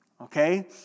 Okay